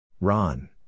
Ron